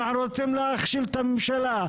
אנחנו רוצים להכשיל את הממשלה.